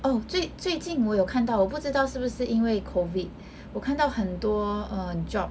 oh 最最近我有看到我不知道是不是因为 COVID 我看到很多 err job